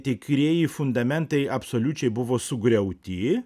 tikrieji fundamentai absoliučiai buvo sugriauti